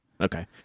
Okay